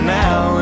now